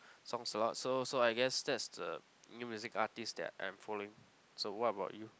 songs a lot so so I guess that's the new music artist that I'm following so what about you